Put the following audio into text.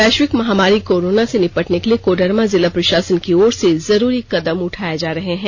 वैश्विक महामारी कोरोना से निपटने के लिए कोडरमा जिला प्रशासन की ओर से जरूरी कदम उठाये जा रहे हैं